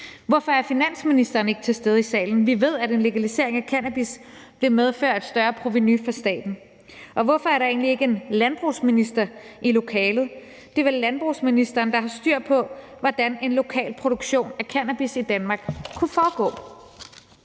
Hvorfor er finansministeren ikke til stede i salen? For vi ved, at en legalisering af cannabis vil medføre et større provenu for staten. Og hvorfor er der egentlig ikke en landbrugsminister i lokalet? Det er vel landbrugsministeren, der har styr på, hvordan en lokal produktion af cannabis i Danmark kunne foregå.